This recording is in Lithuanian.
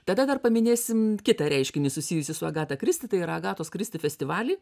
tada dar paminėsim kitą reiškinį susijusį su agata kristi tai yra agatos kristi festivalį